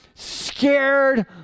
scared